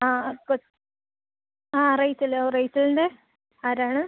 ആ ആ ആ റേച്ചലോ റേച്ചൽൻ്റെ ആരാണ്